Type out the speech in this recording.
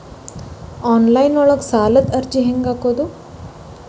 Online ಒಳಗ ಸಾಲದ ಅರ್ಜಿ ಹೆಂಗ್ ಹಾಕುವುದು?